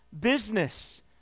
business